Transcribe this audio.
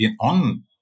on